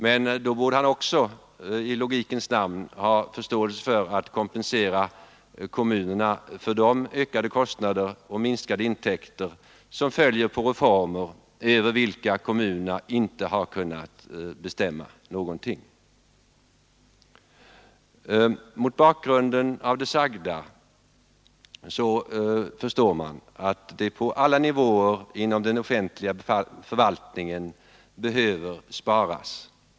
Men då borde han också i logikens namn ha förståelse för att kompensera kommunerna för de ökade kostnader och minskade intäkter som följer på reformer, över vilka kommunerna inte har kunnat bestämma någonting. Mot bakgrund av det sagda förstår man att det på alla nivåer inom den offentliga förvaltningen behöver sparas.